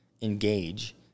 engage